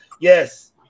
Yes